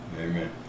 Amen